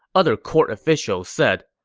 other court officials said,